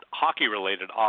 hockey-related